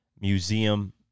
museum